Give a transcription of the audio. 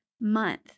month